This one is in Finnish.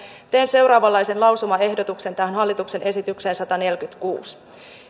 teen seuraavanlaisen lausumaehdotuksen tähän hallituksen esitykseen sataneljäkymmentäkuusi